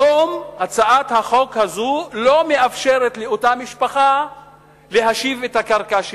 היום הצעת החוק הזאת לא מאפשרת לאותה משפחה להשיב את הקרקע שלה.